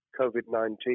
COVID-19